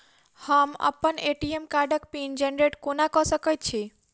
हम अप्पन ए.टी.एम कार्डक पिन जेनरेट कोना कऽ सकैत छी?